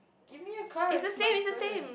give me your card it's my turn